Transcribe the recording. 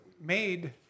made